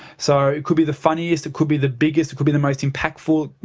so it could be the funniest, it could be the biggest, it could be the most impactful.